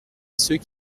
ceux